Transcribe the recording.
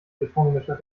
betonmischer